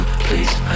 please